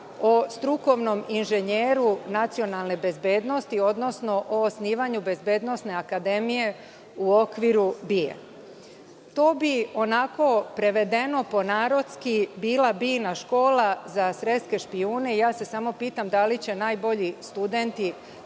o strukovnom inženjeru nacionalne bezbednosti, odnosno o osnivanju bezbednosne akademije u okviru BIA. To bi, onako prevedeno po narodski, bila Biina škola za svetske špijune. Samo se pitam da li će najbolji studenti